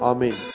Amen